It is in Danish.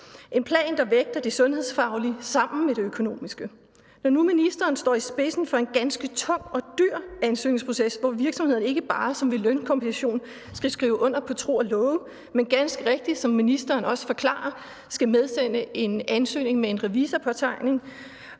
ugevis – der vægter det sundhedsfaglige sammen med det økonomiske. Når nu ministeren står i spidsen for en ganske tung og dyr ansøgningsproces, hvor virksomhederne ikke bare som ved lønkompensation skal skrive under på tro og love, men ganske rigtigt, som ministeren også forklarer, skal medsende en ansøgning med en revisorpåtegning,